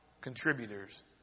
contributors